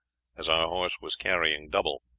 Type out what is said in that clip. as our horse was carrying double.